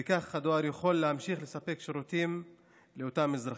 וכך הדואר יוכל להמשיך לספק שירותים לאותם אזרחים.